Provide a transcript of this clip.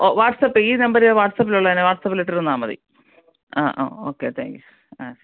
ഓ WhatsApp ഈ number വാട്സാപ്പിലുള്ള തന്നെ വാട്സാപ്പിൽ ഇട്ടിരുന്നാൽ മതി ആ ആ ഓക്കെ താങ്ക് യൂ ആ ശരി